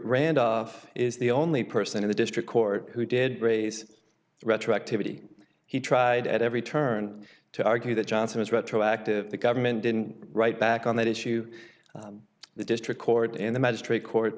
randolph is the only person in the district court who did raise the retroactivity he tried at every turn to argue that johnson is retroactive the government didn't write back on that issue the district court